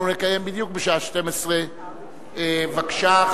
אנחנו נקיים בדיוק בשעה 12:00. בבקשה,